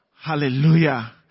Hallelujah